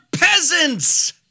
peasants